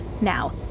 now